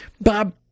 Bob